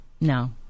no